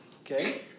okay